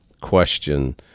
question